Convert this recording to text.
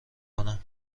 کنم